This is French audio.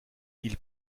ils